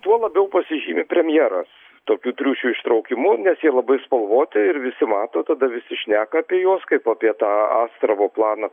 tuo labiau pasižymi premjeras tokių triušių ištraukimu nes jie labai spalvoti ir visi mato tada visi šneka apie juos kaip apie tą astravo planą